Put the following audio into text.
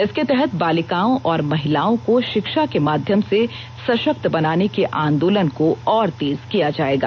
इसके तहत बालिकाओं और महिलाओं को शिक्षा के माध्यम से सशक्त बनाने के आंदोलन को और तेज किया जाएगा